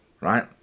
Right